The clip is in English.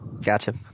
gotcha